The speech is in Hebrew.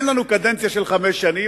אין לנו קדנציה של חמש שנים,